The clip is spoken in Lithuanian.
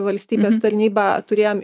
valstybės tarnyba turėjom